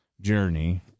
journey